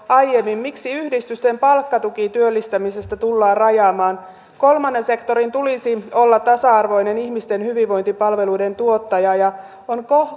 aiemmin miksi yhdistysten palkkatukityöllistämistä tullaan rajaamaan kolmannen sektorin tulisi olla tasa arvoinen ihmisten hyvinvointipalveluiden tuottaja on